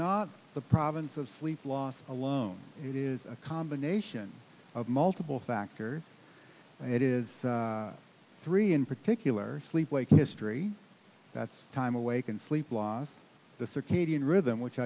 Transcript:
not the province of sleep loss to loan it is a combination of multiple factors it is three in particular sleep wake history that's time awake and sleep loss the circadian rhythm which